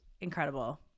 incredible